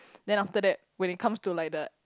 then after that when it comes to like the